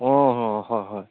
অঁ অঁ হয় হয়